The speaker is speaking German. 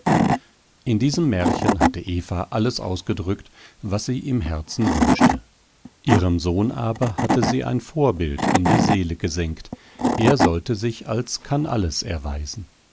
in diesem märchen hatte eva alles ausgedrückt was sie im herzen wünschte ihrem sohn aber hatte sie ein vorbild in die seele gesenkt er sollte sich als kannalles erweisen